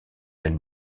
elle